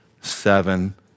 Seven